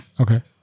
Okay